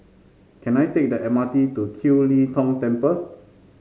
can I take the M R T to Kiew Lee Tong Temple